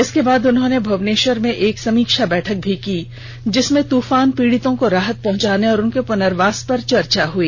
इसके बाद उन्होंने भुबनेश्वर में एक समीक्षा बैठक की जिसमें तूफान पीडितों को राहत पहुंचाने और उनके पुनर्वास पर चर्चा हुई